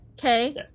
Okay